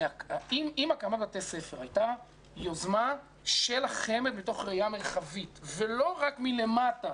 אם הקמת בתי ספר הייתה יוזמה של החמ"ד מתוך ראייה מרחבית ולא רק מלמטה,